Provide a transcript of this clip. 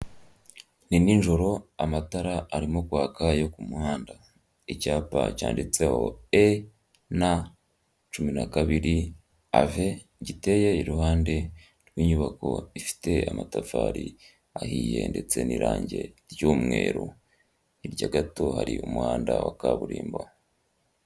Ni nijoro amatara arimo kwaka yo ku muhanda. Icyapa cyanditseho EN 12 AVE, giteye iruhande rw'inyubako ifite amatafari ahiye ndetse n'irange ry'umweru. Hirya gato hari umuhanda wa kaburimbo.